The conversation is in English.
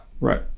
Right